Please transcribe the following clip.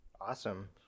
Awesome